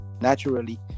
naturally